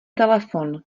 telefon